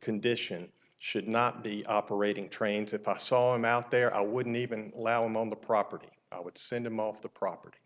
condition should not be operating trains if i saw him out there i wouldn't even allow him on the property i would send him off the property